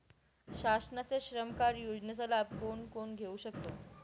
शासनाच्या श्रम कार्ड योजनेचा लाभ कोण कोण घेऊ शकतो?